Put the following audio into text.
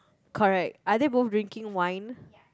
correct are they both drinking wine